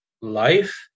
life